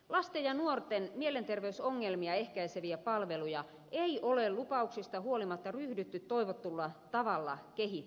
lasten ja nuorten mielenterveysongelmia ehkäiseviä palveluja ei ole lupauksista huolimatta ryhdytty toivotulla tavalla kehittämään